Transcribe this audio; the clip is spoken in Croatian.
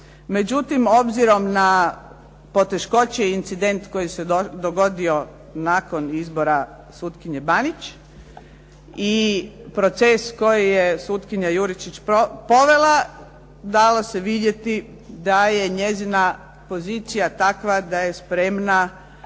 Međutim, obzirom na poteškoće i incident koji se dogodio nakon izbora sutkinje Banić i proces koji je sutkinja Juričić povela, dalo se vidjeti da je njezina pozicija takva da je spremna